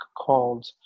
called